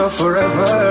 forever